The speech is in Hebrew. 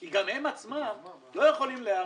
כי גם הם עצמם לא יכולים להיערך.